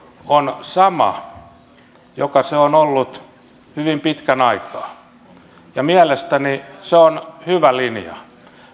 on sama joka se on ollut hyvin pitkän aikaa ja mielestäni se on hyvä linja